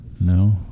No